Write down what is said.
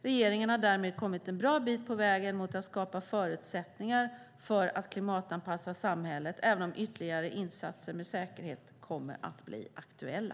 Regeringen har därmed kommit en bra bit på vägen mot att skapa förutsättningar för att klimatanpassa samhället även om ytterligare insatser med säkerhet kommer att bli aktuella.